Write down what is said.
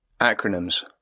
Acronyms